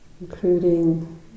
Including